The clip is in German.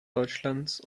deutschlands